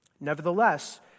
Nevertheless